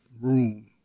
room